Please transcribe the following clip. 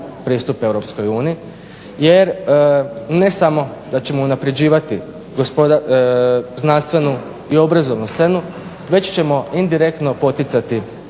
pristup EU jer ne samo da ćemo unaprjeđivati znanstvenu i obrazovnu scenu već ćemo indirektno poticati